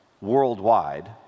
worldwide